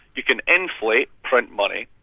you can inflate, print money.